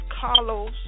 Carlos